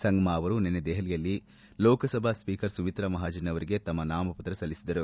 ಸಂಗ್ನಾ ಅವರು ನಿನ್ನೆ ದೆಹಲಿಯಲ್ಲಿ ಲೋಕಸಭಾ ಸ್ವೀಕರ್ ಸುಮಿತ್ರಾ ಮಹಾಜನ್ ಅವರಿಗೆ ತಮ್ಮ ನಾಮಪತ್ರ ಸಲ್ಲಿಸಿದರು